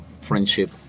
friendship